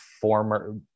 former